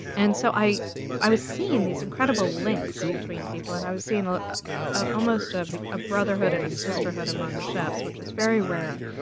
and so i i was seeing these incredible links between people. and i was seeing ah and ah a brotherhood and a sisterhood among chefs, which is very rare.